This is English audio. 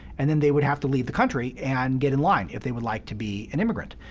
and then they would have to leave the country and get in line if they would like to be an immigrant.